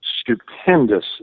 stupendous